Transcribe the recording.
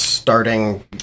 starting